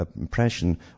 impression